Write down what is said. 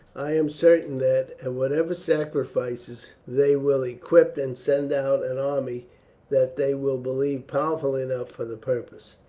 i am certain that, at whatever sacrifices, they will equip and send out an army that they will believe powerful enough for the purpose.